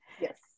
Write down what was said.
Yes